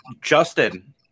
Justin